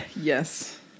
Yes